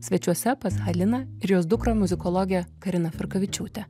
svečiuose pas haliną ir jos dukrą muzikologę kariną firkavičiūtę